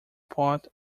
pot